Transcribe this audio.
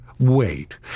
Wait